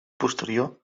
posterior